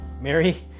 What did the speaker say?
Mary